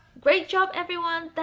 great job everyone.